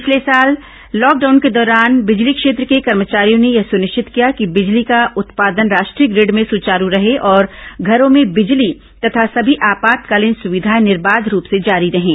पिछले साल लॉकडाउन के दौरान बिजली क्षेत्र के कर्मचारियों ने यह सुनिश्चित किया कि बिजली का उत्पादन राष्ट्रीय ग्रिंड में सुचारू रहे और घरों में बिजली तथा समी आपातकालीन सुविधाए निर्दाध रूप से जारी रहें